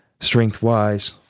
strength-wise